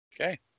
Okay